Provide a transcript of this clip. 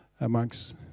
amongst